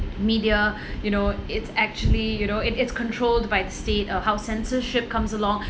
media you know it's actually you know it it's controlled by the state or how censorship comes along